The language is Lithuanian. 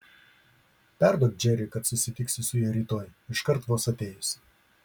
perduok džeriui kad susitiksiu su juo rytoj iškart vos atėjusi